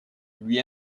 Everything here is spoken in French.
lui